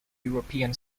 european